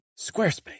Squarespace